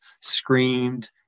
screamed